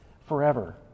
forever